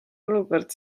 olukord